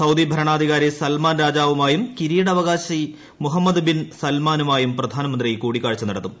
Saudi ഭരണാധികാരി Salman രാജാവുമായും കിരീടാവകാശി മുഹമ്മദ് ബിൻ സൽമാനുമായും പ്രധാനമന്ത്രി കൂടിക്കാഴ്ച നടത്തും